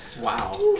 Wow